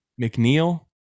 McNeil